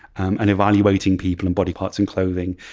and evaluating people and body parts and clothing,